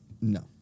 No